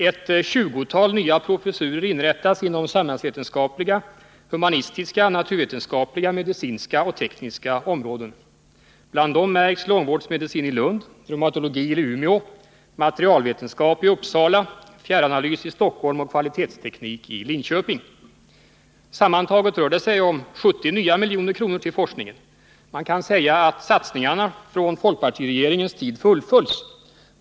Ett 20-tal nya professurer inrättas inom samhällsvetenskapliga, humanistiska, naturvetenskapliga, medicinska och tekniska områden. Bland dessa märks långvårdsmedicin i Lund, reumatologi i Umeå, materialvetenskap i Uppsala, fjärranalys i Stockholm och kvalitetsteknik i Linköping. Sammantaget rör det sig om 70 nya miljoner kronor till forskningen. Man kan säga att satsningarna från folkpartiregeringens tid fullföljs.